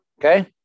Okay